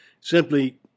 Simply